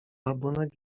rabunek